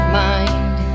mind